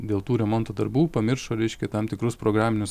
dėl tų remonto darbų pamiršo reiškia tam tikrus programinius